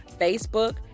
Facebook